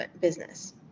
Business